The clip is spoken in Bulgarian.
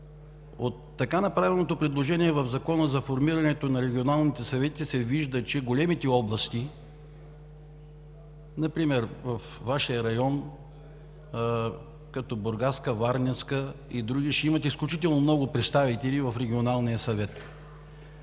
от така направеното предложение в Закона за формирането на регионалните съвети се вижда, че големите области – например във Вашия район, като Бургаска, Варненска и други, ще имат изключително много представители в Регионалния съвет.